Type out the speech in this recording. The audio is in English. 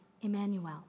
Emmanuel